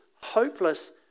hopeless